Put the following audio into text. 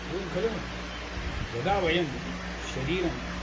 एवं खलु यदा वयं शरीरम्